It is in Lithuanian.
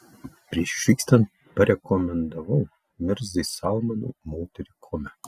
prieš išvykstant parekomendavau mirzai salmanui moterį kome